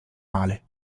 male